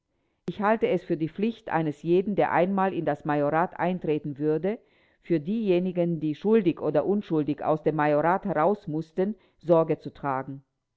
ich halte es für die pflicht eines jeden der einmal in das majorat eintreten würde für diejenigen die schuldig oder unschuldig aus dem majorat herausmußten sorge zu tragen